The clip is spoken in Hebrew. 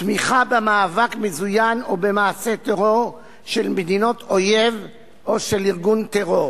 תמיכה במאבק מזוין או במעשה טרור של מדינות אויב או של ארגון טרור